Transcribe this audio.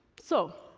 so,